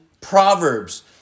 Proverbs